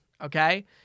Okay